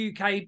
UK